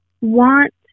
want